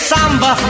Samba